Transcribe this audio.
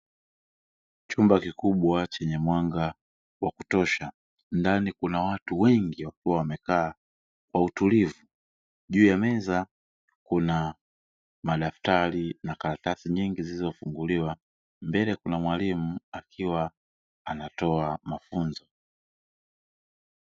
Chumba kikubwa chenye mwanga wa kutosha ndani kuna watu wengi wamekaa kwa utulivu, juu ya meza kuna madaftari na karatasi zilizofunguliwa mbele kuna mwalimu akiwa anatoa mafunzo.